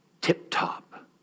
tip-top